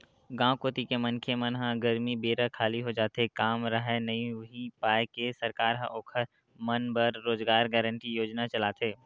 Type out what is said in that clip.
गाँव कोती के मनखे मन ह गरमी बेरा खाली हो जाथे काम राहय नइ उहीं पाय के सरकार ह ओखर मन बर रोजगार गांरटी योजना चलाथे